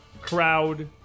crowd